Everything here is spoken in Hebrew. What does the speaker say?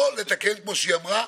הוא קצר וקולע.